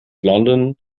london